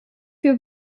wir